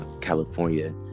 California